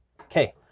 Okay